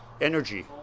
energy